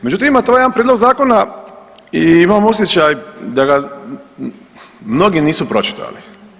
Međutim, ima tu jedan prijedlog zakona i imam osjećaj da ga mnogi nisu pročitali.